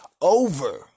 over